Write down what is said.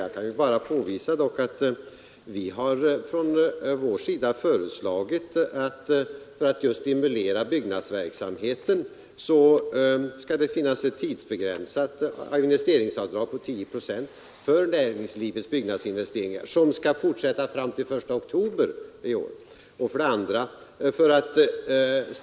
Jag vill emellertid ändå påvisa att vi från vår sida har föreslagit ett fram till den 1 oktober i år tidsbegränsat investeringsavdrag på 10 procent för näringslivets byggnadsinvesteringar. Syftet med det förslaget är just att stimulera byggnadsverksamheten.